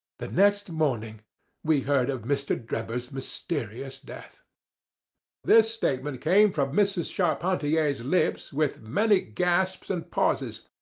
the next morning we heard of mr. drebber's mysterious death this statement came from mrs. charpentier's lips with many gasps and pauses.